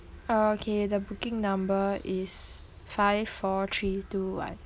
okay the booking number is five four three two one